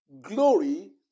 glory